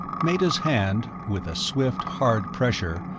meta's hand, with a swift hard pressure,